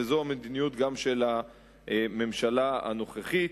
וזו המדיניות גם של הממשלה הנוכחית.